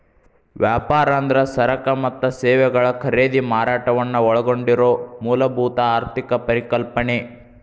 ವ್ಯಾಪಾರ ಅಂದ್ರ ಸರಕ ಮತ್ತ ಸೇವೆಗಳ ಖರೇದಿ ಮಾರಾಟವನ್ನ ಒಳಗೊಂಡಿರೊ ಮೂಲಭೂತ ಆರ್ಥಿಕ ಪರಿಕಲ್ಪನೆ